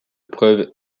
preuves